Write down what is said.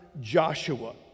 joshua